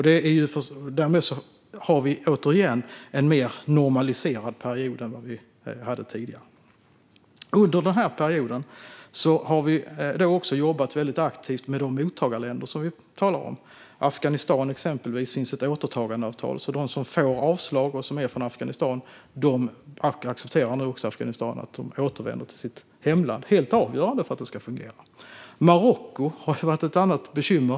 Därmed har vi återigen en mer normaliserad period än vad vi hade tidigare. Under denna period har vi också jobbat mycket aktivt med de mottagarländer som vi talar om. Det finns ett återtagandeavtal med exempelvis Afghanistan. Så när det gäller dem som kommer från Afghanistan och får avslag accepterar nu Afghanistan att de återvänder till sitt hemland. Det är helt avgörande för att det ska fungera. Marocko har varit ett annat bekymmer.